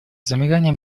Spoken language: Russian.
замиранием